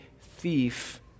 thief